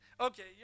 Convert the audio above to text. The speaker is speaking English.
Okay